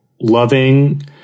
loving